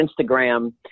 Instagram